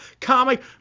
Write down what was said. comic